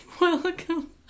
Welcome